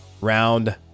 Round